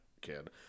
kid